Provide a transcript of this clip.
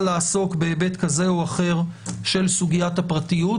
לעסוק בהיבט כזה או אחר של סוגיית הפרטיות,